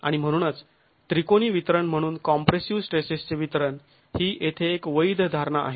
आणि म्हणूनच त्रिकोणी वितरण म्हणून कॉम्प्रेसिव स्ट्रेसेसचे वितरण ही येथे एक वैध धारणा आहे